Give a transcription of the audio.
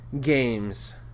games